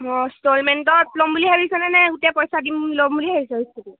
মই ইনষ্টলমেণ্টত ল'ম বুলি ভাবিছেনে গোটেই পইচা দিম ল'ম বুলি ভাবিছে বস্তটো